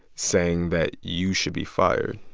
saying that you should be fired.